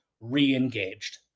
re-engaged